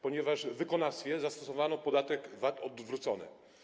Ponieważ w wykonawstwie zastosowano podatek VAT odwrócony.